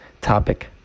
topic